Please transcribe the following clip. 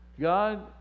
God